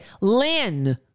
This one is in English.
Lynn